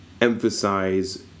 emphasize